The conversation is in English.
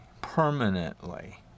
permanently